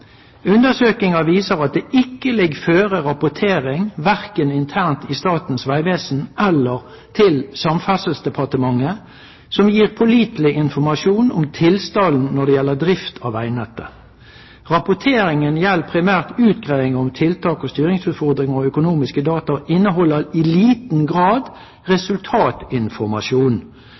«Undersøkinga viser òg at det ikkje ligg føre rapportering – verken internt i Statens vegvesen eller til Samferdselsdepartementet – som gir påliteleg informasjon om tilstanden når det gjeld drift av vegnettet. Rapporteringa gjeld primært utgreiingar om tiltak og styringsutfordringar og økonomiske data, og inneheld i lita grad resultatinformasjon.